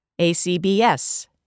ACBS